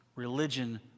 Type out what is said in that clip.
Religion